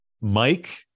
mike